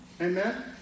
Amen